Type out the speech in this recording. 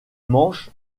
manches